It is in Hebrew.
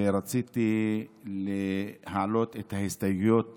ורציתי להעלות את ההסתייגויות